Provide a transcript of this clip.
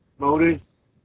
motors